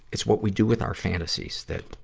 it's what we do with our fantasies that,